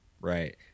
Right